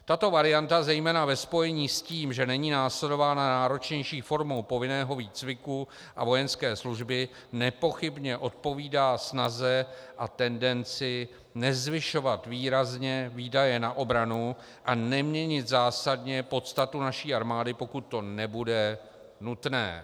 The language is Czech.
Tato varianta zejména ve spojení s tím, že není následována náročnější formou povinného výcviku a vojenské služby, nepochybně odpovídá snaze a tendenci nezvyšovat výrazně výdaje na obranu a neměnit zásadně podstatu naší armády, pokud to nebude nutné.